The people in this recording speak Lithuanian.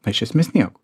na iš esmės nieko